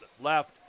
left